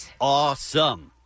Awesome